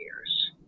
years